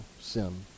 sin